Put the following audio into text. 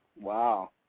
Wow